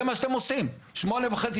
זה מה שאתם עושים שמונה שנים וחצי.